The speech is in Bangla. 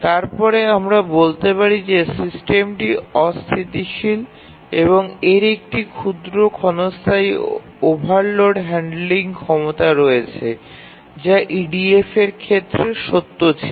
তারপরে আমরা বলতে পারি যে সিস্টেমটি অস্থিতিশীল এবং এর একটি ক্ষুদ্র ক্ষণস্থায়ী ওভারলোড হ্যান্ডলিং ক্ষমতা রয়েছে যা EDF ক্ষেত্রে সত্য ছিল